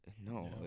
No